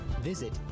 visit